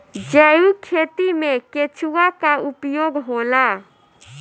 जैविक खेती मे केचुआ का उपयोग होला?